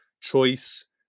choice